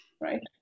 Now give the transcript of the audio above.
Right